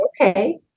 okay